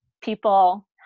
people